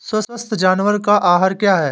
स्वस्थ जानवर का आहार क्या है?